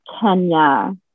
Kenya